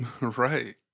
Right